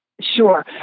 Sure